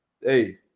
Hey